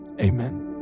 Amen